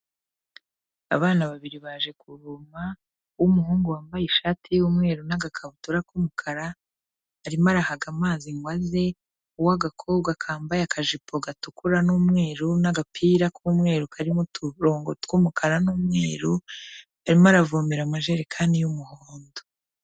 Abana babiri baje kuvoma, uw'umuhungu wambaye ishati y'umweru n'agakabutura, k'umukara arimo arahaga amazi ngo aze, uw'agakobwa kambaye akajipo gatukura n'umweru n'agapira k'umweru karimo uturongo tw'umukara n'umweru, arimo aravomera mu majerekani y'umuhondo.